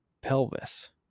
pelvis